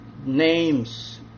names